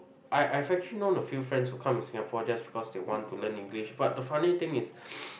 I I've actually known a few friends who come to Singapore just because they want to learn English but the funny thing is